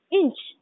inch